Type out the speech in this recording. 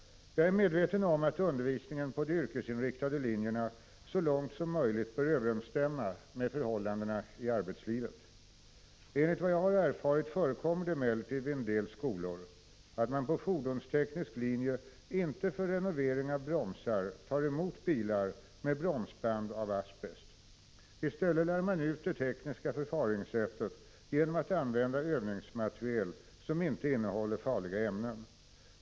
Jag är medveten om att undervisningen på de yrkesinriktade linjerna så långt som möjligt bör överensstämma med förhållandena i arbetslivet. Enligt vad jag har erfarit förekommer det emellertid vid en del skolor att man på fordonsteknisk linje inte för renovering av bromsar tar emot bilar med bromsband av asbest. I stället lär man ut det tekniska förfaringssättet genom att använda övningsmateriel som inte innehåller farliga ämnen.